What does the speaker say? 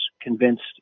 convinced